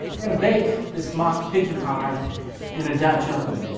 we're going to bake this mock pigeon pie in a dutch oven.